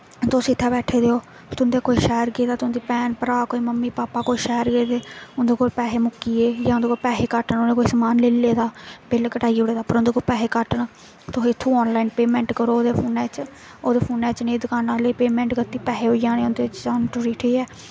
तुस इत्थें बैठे दे ओ तुं'दा कोई शैह्र गेदा तुं'दी भैन भ्राऽ कोई मम्मी पापा कोई शैह्र गेदे उ'न्दे कोल पैहे मुक्की गे जां उ'न्दे कोल पैहे घट्ट न उ'नें कोई समान लेई लेदा बिल कटाई ओड़े दा पर उं'दे कोल पैसे घट्ट न तुस इत्थूं आनलाइन पैमेंट करो ते फोनै च ओहदे फोनै च दकानै आहले गी पैमेंट कीती पैहे होई जाने जाने टुरी ठीक ऐ